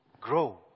grow